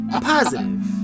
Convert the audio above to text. positive